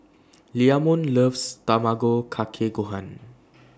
Leamon loves Tamago Kake Gohan